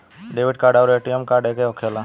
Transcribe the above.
Debit card आउर ATM card एके होखेला?